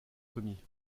commis